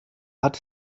hat